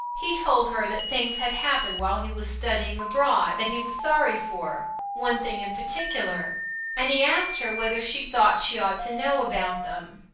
he told her that things had happened while he was studying abroad that he was sorry for one thing in particular and he asked her whether she thought she ought to know about them.